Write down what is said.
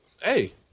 Hey